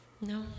no